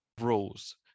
rules